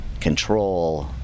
control